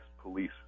police